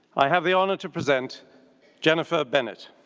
i have the honour to present jennifer bennett.